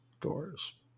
doors